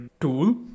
tool